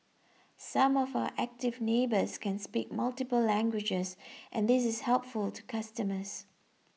some of our Active Neighbours can speak multiple languages and this is helpful to customers